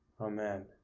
Amen